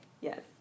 Yes